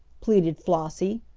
pleaded flossie,